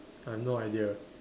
I have no idea